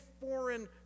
foreign